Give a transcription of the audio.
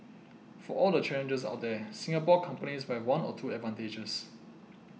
for all the challenges out there Singapore companies might have one or two advantages